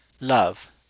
Love